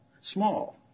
small